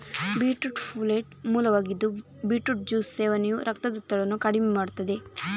beetroot folate ಮೂಲವಾಗಿದ್ದು beetroot juice ಸೇವನೆಯು ರಕ್ತದೊತ್ತಡವನ್ನು ಕಡಿಮೆ ಮಾಡುತ್ತದೆ